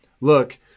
look